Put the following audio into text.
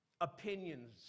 opinions